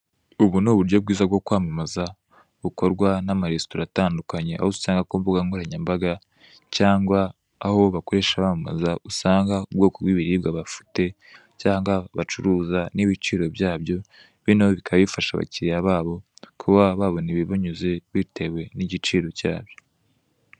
Ubu ni uburyo bwiza bwo kwamamaza bukorwa n'amaresitora atandukanye aho usanga ku mbugankoranyambaga cyangwa aho bakoresha bamamaza usanga ubwoko bw'ibiribwa bafite cyangwa bacuruza, n'ibiciro byayo bene bikaba biafasha abakiriya kubona ibibanyuze bitewe n'igiciro byabyo.